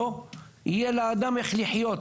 לא יהיה לאדם איך לחיות,